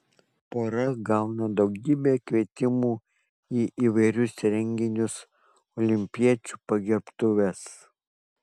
pora gauna daugybę kvietimų į įvairius renginius olimpiečių pagerbtuves